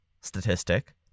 statistic